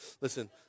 Listen